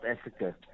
Africa